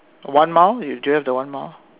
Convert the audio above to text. one mile you do you have the one mile